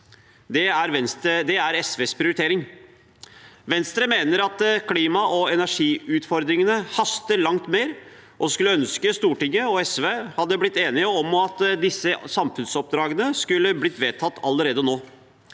Det er SVs prioritering. Venstre mener at klima- og energiutfordringene haster langt mer, og skulle ønske Stortinget, også SV, hadde blitt enige om at disse samfunnsoppdragene skulle vedtas allerede nå.